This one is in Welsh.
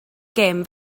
gêm